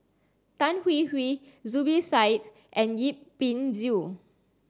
Tan Hwee Hwee Zubir Said and Yip Pin Xiu